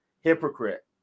Hypocrite